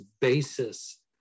basis